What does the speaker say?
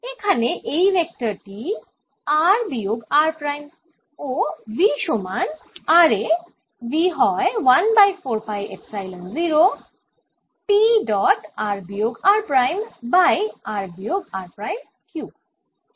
এখানে এই ভেক্টরটি r বিয়োগ r প্রাইম ও V সমান r এ V হয় 1 by 4 pi epsilon 0 P dot r বিয়োগ r প্রাইম বাই r বিয়োগ r প্রাইম কিউব